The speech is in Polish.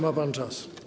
Ma pan czas.